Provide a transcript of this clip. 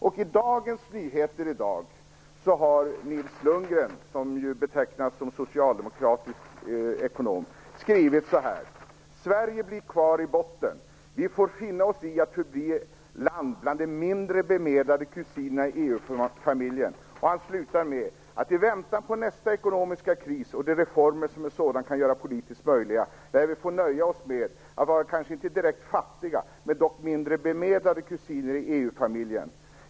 I Dagens Nyheter i dag har Nils Lundgren, som ju betraktas som en socialdemokratisk ekonom, skrivit att Sverige blir kvar i botten och får finna sig att förbli bland de mindre bemedlade kusinerna i EU-familjen. Så här avslutar han sin artikel: "I väntan på nästa ekonomiska kris och de reformer som en sådan kan göra politiskt möjliga, lär vi få nöja oss med att vara kanske inte direkt fattiga, men dock mindre bemedlade, kusiner i EU-familjen.